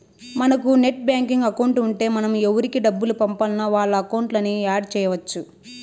మనకు net banking account ఉంటే మనం ఎవురికి డబ్బులు పంపాల్నో వాళ్ళ అకౌంట్లని యాడ్ చెయ్యచ్చు